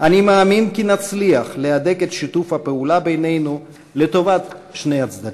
אני מאמין שנצליח להדק את שיתוף הפעולה בינינו לטובת שני הצדדים.